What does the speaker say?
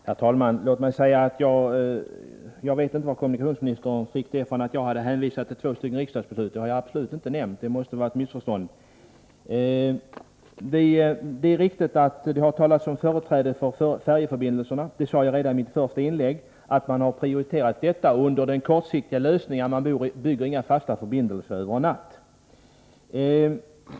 Herr talman! Jag vet inte varifrån kommunikationsministern fick uppfattningen att jag hade hänvisat till två riksdagsbeslut — några sådana har jag absolut inte nämnt. Det måste vara ett missförstånd. Det är riktigt att det har talats om företräde för färjeförbindelserna — det sade jag redan i mitt första inlägg. Man har prioriterat färjeförbindelserna som kortsiktig lösning — man bygger inga fasta förbindelser över en natt.